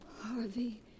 Harvey